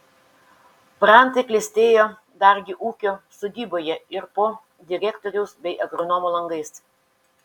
brantai klestėjo dargi ūkio sodyboje ir po direktoriaus bei agronomo langais